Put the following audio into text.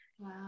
Wow